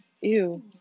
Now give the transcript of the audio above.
Ew